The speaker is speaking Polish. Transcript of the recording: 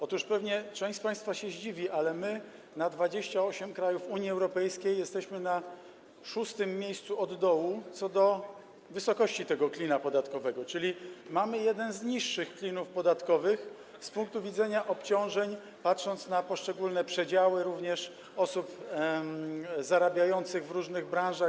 Otóż pewnie część z państwa się zdziwi, ale my na 28 krajów Unii Europejskiej jesteśmy na 6. miejscu od dołu co do wysokości tego klina podatkowego, czyli mamy jeden z niższych klinów podatkowych z punktu widzenia obciążeń, patrząc na poszczególne przedziały osób zarabiających w różnych branżach.